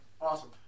Awesome